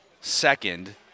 second